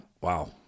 Wow